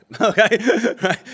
Okay